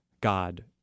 God